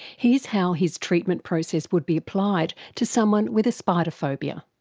here's how his treatment process would be applied to someone with a spider phobia.